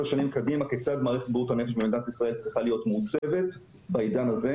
שנים קדימה כיצד בריאות הנפש במדינת ישראל צריכה להיות מעוצבת בעידן הזה.